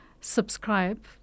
subscribe